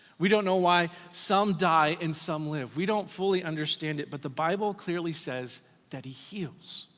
we don't know why some die and some live. we don't fully understand it, but the bible clearly says that he heals.